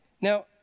Now